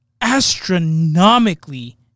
astronomically